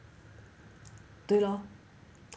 对 lor